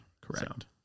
Correct